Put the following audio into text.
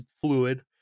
fluid